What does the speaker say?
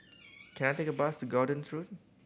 can I take a bus to Gordon's Road